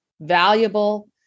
valuable